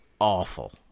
awful